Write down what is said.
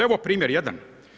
Evo primjer jedan.